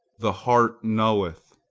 the heart knoweth.